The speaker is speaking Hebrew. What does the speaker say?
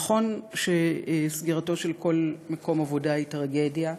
נכון שסגירתו של כל מקום עבודה היא טרגדיה.